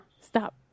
Stop